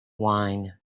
wine